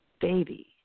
Baby